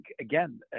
again